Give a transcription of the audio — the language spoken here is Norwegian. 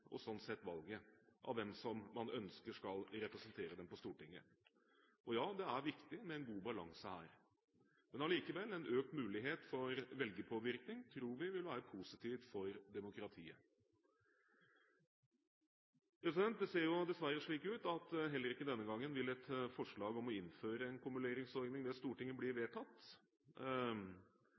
og sånn sett på valget av hvem man ønsker skal representere dem på Stortinget. Og, ja, det er viktig med en god balanse her. Men allikevel: En økt mulighet for velgerpåvirkning tror vi vil være positivt for demokratiet. Det ser jo dessverre slik ut at heller ikke denne gangen vil et forslag om å innføre en kumuleringsordning ved stortingsvalg bli vedtatt,